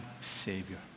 Savior